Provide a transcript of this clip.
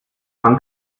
man